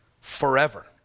forever